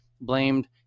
blamed